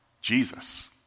Jesus